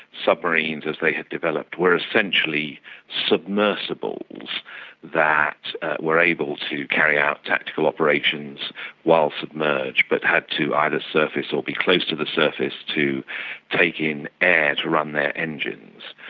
submarines as they had developed were essentially submersibles that were able to carry out tactical operations while submerged but had to either surface or be close to the surface to take in air to run their engines.